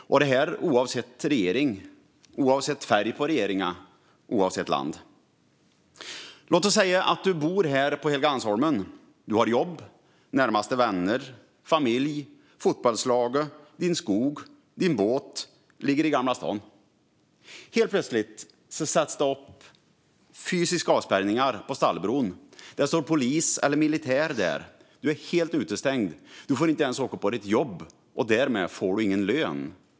Detta oavsett regering, oavsett färg på regeringen och oavsett land. Låt oss säga att du bor här på Helgeandsholmen. Du har ditt jobb, dina närmaste vänner, din familj, ditt fotbollslag, din skog och din båt i Gamla stan. Helt plötsligt sätts det upp fysiska avspärrningar på Stallbron. Det står polis eller militär där. Du är helt utestängd. Du får inte ens åka till ditt jobb, och därmed får du ingen lön.